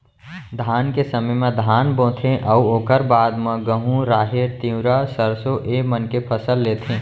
धान के समे म धान बोथें अउ ओकर बाद म गहूँ, राहेर, तिंवरा, सरसों ए मन के फसल लेथें